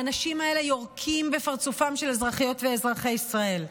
האנשים האלה יורקים בפרצופם של אזרחיות ואזרחי ישראל,